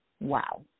Wow